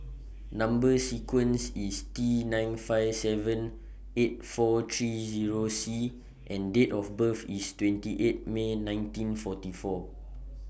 Number sequence IS T nine five seven eight four three Zero C and Date of birth IS twenty eight May nineteen forty four